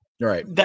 Right